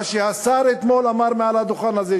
מה שהשר אתמול אמר מעל הדוכן הזה,